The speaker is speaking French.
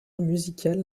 musical